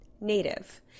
Native